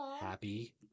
Happy